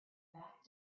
back